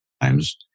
times